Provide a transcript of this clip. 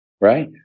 right